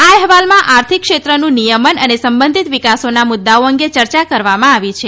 આ અહેવાલમાં આર્થિક ક્ષેત્રનું નિયમન અને સંબંધિત વિકાસોના મુદ્દાઓ અંગે યર્ચા કરવામાં આવી છે